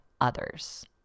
others